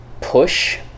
push